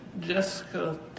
Jessica